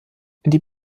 die